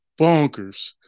bonkers